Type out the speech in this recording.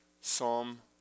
Psalm